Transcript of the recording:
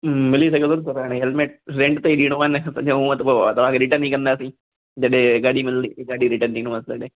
हूं मिली सघे थो न छो त हाणे हेलमेट रेंट ते ई ॾियणो आहे न त छा हूअं त पोइ तव्हांखे रिटर्न ई कंदासी जॾहिं गाॾी मिलंदी गाॾी रिटर्न ॾींदोमांस तॾहिं